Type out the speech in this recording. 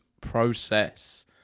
process